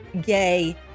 gay